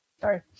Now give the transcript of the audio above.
Sorry